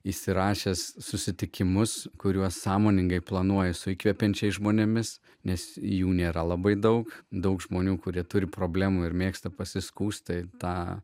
įsirašęs susitikimus kuriuos sąmoningai planuoju su įkvepiančiais žmonėmis nes jų nėra labai daug daug žmonių kurie turi problemų ir mėgsta pasiskųsti tą